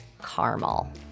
caramel